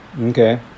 okay